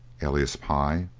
alias pye,